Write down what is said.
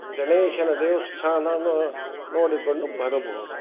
ಗಣೇಶನ ದೇವಸ್ಥಾನ ನೋಡಿಕೊಂಡು ಬರಬಹುದು